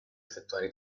effettuare